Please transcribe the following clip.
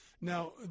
Now